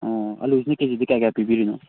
ꯑꯣ ꯑꯥꯜꯂꯨꯁꯤꯅ ꯀꯦ ꯖꯤꯗ ꯀꯌꯥ ꯀꯌꯥ ꯄꯤꯕꯤꯔꯤꯅꯣ